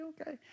okay